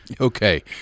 Okay